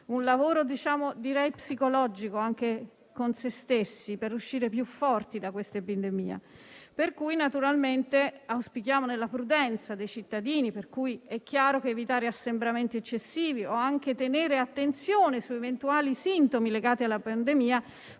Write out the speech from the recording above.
un lavoro psicologico con sé stessi per uscire più forti dalla epidemia. Confidiamo quindi nella prudenza dei cittadini, per cui è chiaro che evitare assembramenti eccessivi o anche prestare attenzione a eventuali sintomi legati alla pandemia